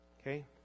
Okay